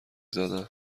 زدم